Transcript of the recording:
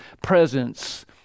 presence